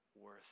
worth